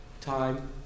time